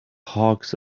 hawks